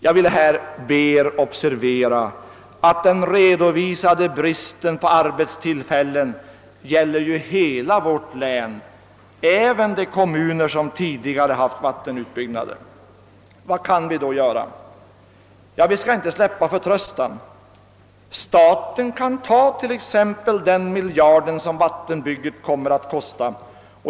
Jag vill här be er observera att den redovisade bristen på arbetstillfällen gäller hela länet, även de kommuner där man tidigare byggt ut vattenkraften. Vad kan vi då göra? Låt oss inte släppa vår förtröstan! Staten kan exempelvis ta i anspråk den miljard som en utbyggnad skulle kosta och använda den till att åstadkomma andra vettiga åtgärder.